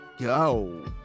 go